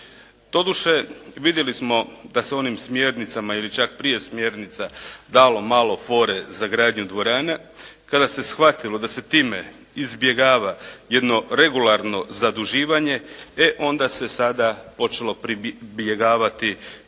Doduše vidjeli smo da se onim smjernicama ili čak prije smjernica dalo malo fore za gradnju dvorana. Kada se shvatilo da se time izbjegava jedno regularno zaduživanje e onda se sada počelo pribjegavati